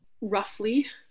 roughly